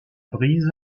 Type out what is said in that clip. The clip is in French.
brise